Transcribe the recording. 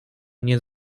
nie